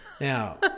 Now